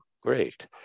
great